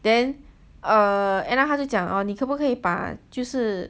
then err end up 他就讲 orh 你可不可以把就是